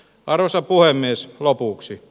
arvoisa puhemies lopuksi